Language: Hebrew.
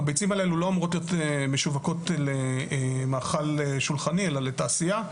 אבל הביצים האלה לא אמורות להיות משווקות למאכל שולחני אלא לתעשייה,